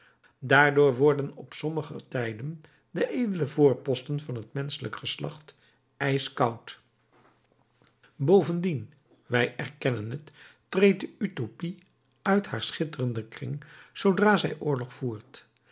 daardoor worden op sommige tijden de edele voorposten van het menschelijk geslacht ijskoud bovendien wij erkennen het treedt de utopie uit haar schitterenden kring zoodra zij oorlog voert